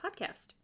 podcast